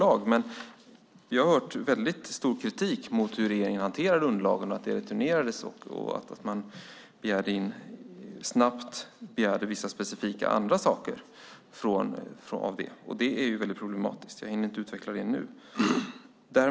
Jag har dock hört mycket kritik mot hur regeringen hanterade underlagen, att de returnerades och att man snabbt begärde vissa specifika andra saker. I så fall är det problematiskt, men jag hinner inte utveckla det nu.